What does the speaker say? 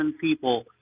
people